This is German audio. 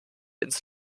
ins